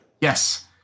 Yes